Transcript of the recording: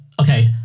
okay